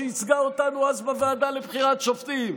שייצגה אותנו אז בוועדה לבחירת שופטים,